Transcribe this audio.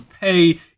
pay